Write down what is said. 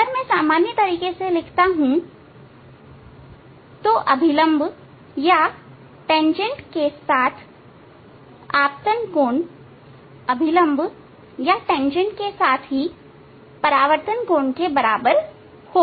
अगर मैं सामान्य तरीके से लिखता हूं तो अभिलंब या तेंजेंट के साथ आपतन कोण अभिलंब या तेंजेंट के साथ परावर्तन कोण के बराबर होगा